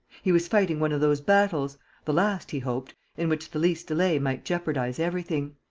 he was fighting one of those battles the last, he hoped in which the least delay might jeopardize everything.